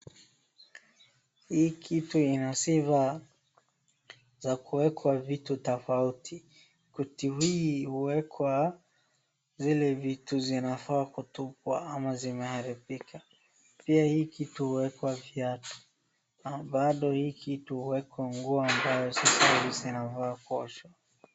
Hii kitu ina sifa za kuwekwa vitu tofauti. Kitu hii huwekwa zile vitu zinafaa kutupwa ama zimeharibika. Pia hii kitu huwekwa viatu. Bado hii kitu huwekwa nguo ambayo si safi zinafaa kuoshwa.